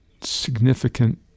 significant